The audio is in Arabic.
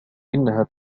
إنها